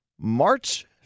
March